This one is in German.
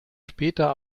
später